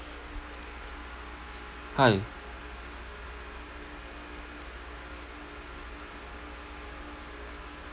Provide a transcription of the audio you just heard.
hi